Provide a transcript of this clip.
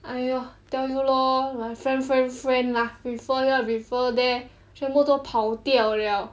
!aiya! tell you lor my friend friend friend lah refer here refer there 全部都跑掉 liao